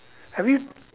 have you